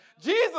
Jesus